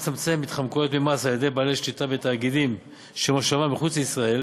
כדי לצמצם התחמקות ממס על-ידי בעלי שליטה בתאגידים שמושבם מחוץ לישראל,